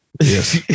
Yes